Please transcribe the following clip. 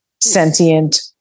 sentient